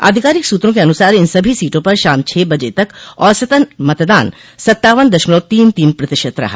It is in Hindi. आधिकारिक सूत्रों के अनुसार इन सभी सीटों पर शाम छः बजे तक औसत मतदान सत्तावन दशमलव तेतिस प्रतिशत रहा